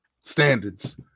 standards